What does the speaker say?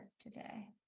today